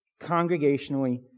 congregationally